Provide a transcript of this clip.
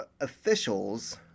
officials